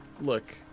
look